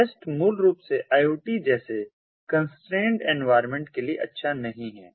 REST मूल रूप से IoT जैसे कंस्ट्रेंड एनवायरमेंट के लिए अच्छा नहीं है